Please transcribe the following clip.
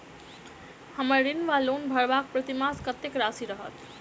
हम्मर ऋण वा लोन भरबाक प्रतिमास कत्तेक राशि रहत?